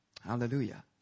Hallelujah